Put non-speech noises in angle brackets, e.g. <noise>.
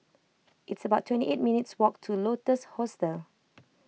It's about twenty eight minutes walk to Lotus Hostel <noise>